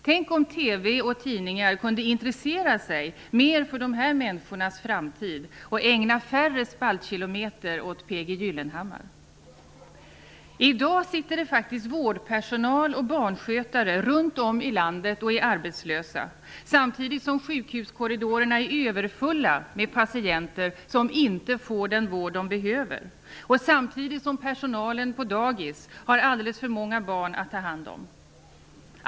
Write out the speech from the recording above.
Tänk om TV och tidningar kunde intressera sig mer för dessa människors framtid och ägna färre spaltkilometer åt P.G. I dag finns det faktiskt vårdpersonal och barnskötare runt om i landet som är arbetslösa samtidigt som sjukhuskorridorerna är överfulla med patienter som inte får den vård de behöver och samtidigt som personalen på dagis har alldeles för många barn att ta hand om.